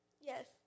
Yes